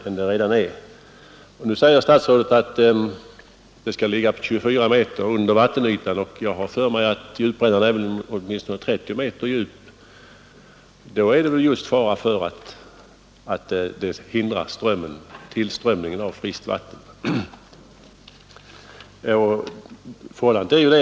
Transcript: Statsrådet säger att överkanten på tunneln skall ligga 24 meter under vattenytan. Jag har för mig att djuprännan är åtminstone 30 meter djup, och då är det väl fara för att tillströmningen av friskt vatten hindras.